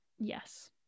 Yes